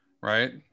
Right